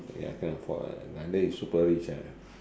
ya you cannot afford [one] unless you super rich ah